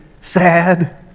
sad